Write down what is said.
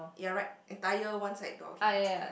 you're right entire one side door